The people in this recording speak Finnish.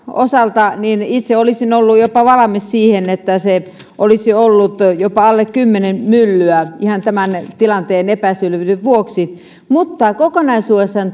osalta itse olisin ollut valmis jopa siihen että se olisi ollut jopa alle kymmenen myllyä ihan tämän tilanteen epäselvyyden vuoksi mutta kokonaisuudessaan